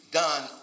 done